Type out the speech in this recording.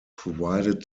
provided